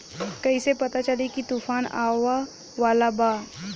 कइसे पता चली की तूफान आवा वाला बा?